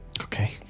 Okay